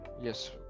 yes